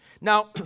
Now